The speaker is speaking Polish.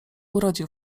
urodził